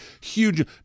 huge